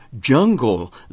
jungle